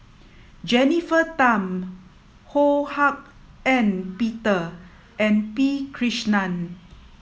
Jennifer Tham Ho Hak Ean Peter and P Krishnan